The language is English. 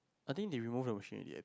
I think they remove the machine already leh